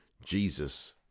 jesus